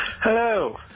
Hello